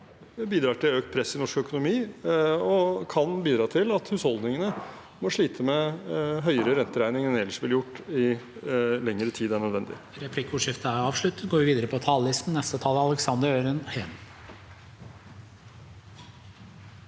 igjen bidrar til økt press i norsk økonomi og kan bidra til at husholdningene må slite med en høyere renteregning enn de ellers ville gjort, i lengre tid enn nødvendig.